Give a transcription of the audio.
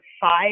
five